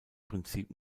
prinzip